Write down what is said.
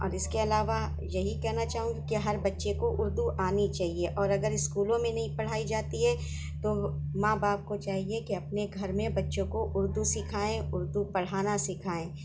اور اس کے علاوہ یہی کہنا چاہوں گی کہ ہر بچے کو اردو آنی چاہئے اور اگر اسکولوں میں نہیں پڑھائی جاتی ہے تو ماں باپ کو چاہیے کہ اپنے گھر میں بچوں کو اردو سکھائیں اردو پڑھانا سکھائیں